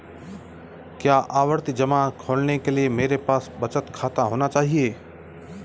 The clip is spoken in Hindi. क्या आवर्ती जमा खोलने के लिए मेरे पास बचत खाता होना चाहिए?